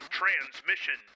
transmission